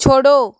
छोड़ो